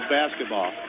basketball